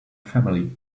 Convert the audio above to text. family